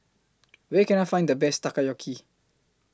Where Can I Find The Best Takoyaki